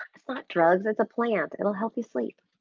it's not drugs, it's a plant, it'll help you sleep.